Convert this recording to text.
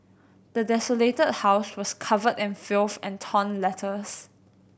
the desolated house was covered in filth and torn letters